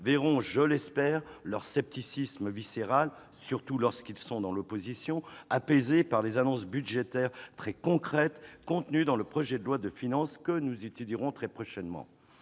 verront- je l'espère -leur scepticisme viscéral, surtout lorsqu'ils sont dans l'opposition, apaisé par les annonces budgétaires très concrètes contenues dans le projet de loi de finances que nous étudierons très prochainement.